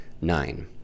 nine